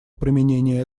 применения